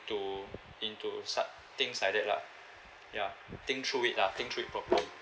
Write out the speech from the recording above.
into such things like that lah ya think through it lah think through it properly